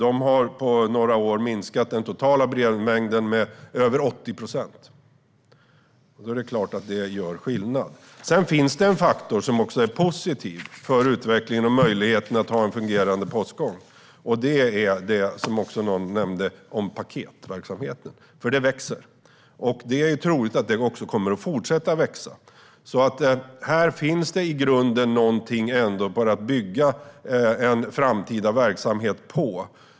Där har på några år den totala brevmängden minskat med över 80 procent. Det gör skillnad. Sedan finns också en positiv faktor för utvecklingen och möjligheten till en fungerande postgång. Det är den växande paketverksamheten. Det är troligt att den kommer att fortsätta att växa. Här finns i grunden något att bygga en framtida verksamhet på.